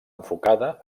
enfocada